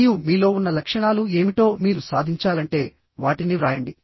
మరియు మీలో ఉన్న లక్షణాలు ఏమిటో మీరు సాధించాలంటే వాటిని వ్రాయండి